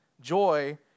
joy